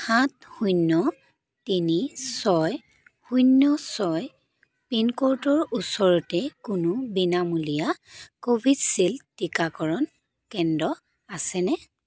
সাত শূন্য তিনি ছয় শূন্য ছয় পিনক'ডৰ ওচৰতে কোনো বিনামূলীয়া কোভিচিল্ড টীকাকৰণ কেন্দ্ৰ আছেনে